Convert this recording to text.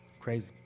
Crazy